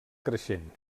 creixent